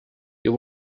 you